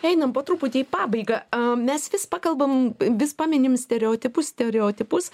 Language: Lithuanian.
einam po truputį į pabaigą mes vis pakalbam vis paminim stereotipus stereotipus